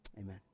amen